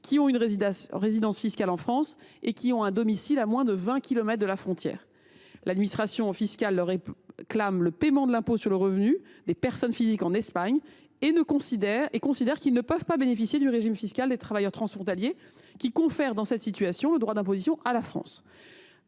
ayant une résidence fiscale en France et un domicile situé à moins de vingt kilomètres de la frontière. L’administration fiscale leur réclame le paiement de l’impôt sur le revenu des personnes physiques en Espagne et considère qu’ils ne peuvent pas bénéficier du régime fiscal des travailleurs transfrontaliers, situation qui conférerait le droit d’imposition à la France.